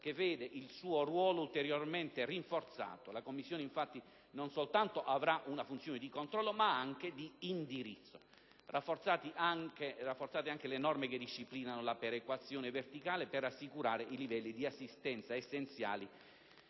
che vede il suo ruolo ulteriormente rinforzato: la Commissione, infatti, non soltanto avrà una funzione di controllo, ma anche di indirizzo. Sono state rafforzate anche le norme che disciplinano la perequazione verticale per assicurare i livelli di assistenza essenziali,